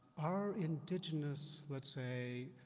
our indigenous, let's say,